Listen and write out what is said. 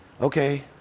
okay